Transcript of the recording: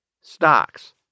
stocks